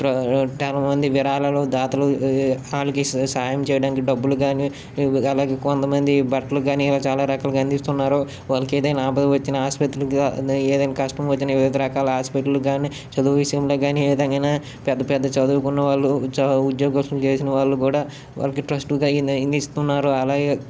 చాలా మంది విరాళాలు దాతలు వాళ్ళకి సాయం చేయడానికి డబ్బులు కానీ అలాగే కొంతమంది బట్టలు కానీ చాల రకాలుగా అందిస్తున్నారు వాళ్ళకి ఏదైన ఆపద వచ్చిన ఆసుప్రత్రికి ఏదైన కష్టం వచ్చినా వివిధ రకాల హాస్పిటళ్ళకి కానీ చదువు విషయంలో కానీ ఏ విధంగా అయిన పెద్ద పెద్ద చదువుకున్న వాళ్ళు ఉద్యో ఉద్యోగస్తులు చేసిన వాళ్ళు కూడా వాళ్ళకి ట్రస్ట్కి అవన్ని ఇస్తున్నారు అలాగే